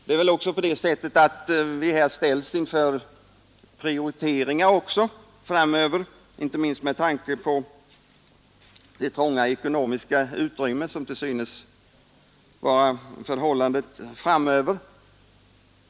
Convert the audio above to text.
Vi ställs dessutom alltmer inför behovet av prioriteringar framöver, inte minst med tanke på det trånga ekonomiska utrymme som till synes blir rådande framöver.